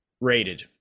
rated